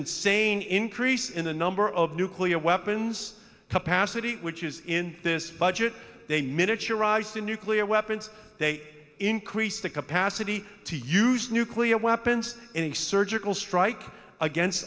insane increase in the number of nuclear weapons capacity which is in this budget they miniaturized nuclear weapons they increase the capacity to use nuclear weapons in a surgical strike against